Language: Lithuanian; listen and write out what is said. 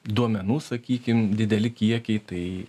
duomenų sakykim dideli kiekiai tai